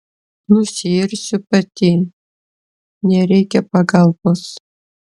nusiirsiu pati nereikia pagalbos